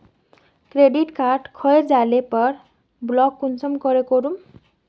Credit card खोये जाले पर ब्लॉक कुंसम करे करूम?